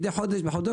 גם מדי חודש בחדשו.